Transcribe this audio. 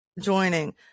joining